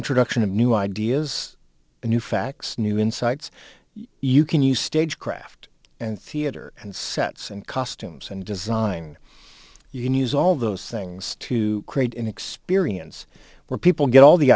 introduction of new ideas new facts new insights you can use stagecraft and theater and sets and costumes and design you can use all those things to create an experience where people get all the